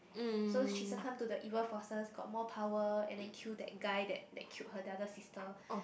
so she succumb to the evil forces got more power and then kill that guy that that killed her the other sister